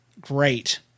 Great